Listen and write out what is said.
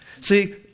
See